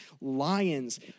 lions